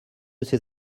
ces